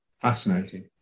fascinating